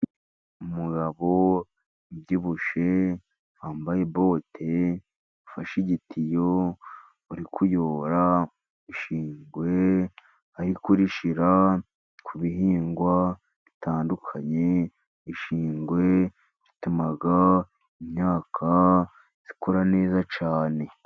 Umugabo ubyibushye wambaye bote ufashe igitiyo uri kuyora ibishingwe ari kubishyira ku bihingwa bitandukanye. Ibishingwe bituma imyaka ikura neza cyane.